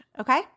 okay